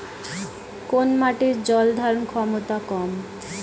কোন মাটির জল ধারণ ক্ষমতা কম?